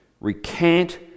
recant